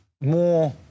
more